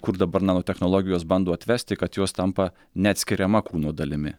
kur dabar nanotechnologijos bando atvesti kad jos tampa neatskiriama kūno dalimi